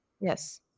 Yes